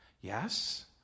Yes